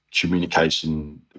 communication